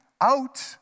out